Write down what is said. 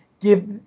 give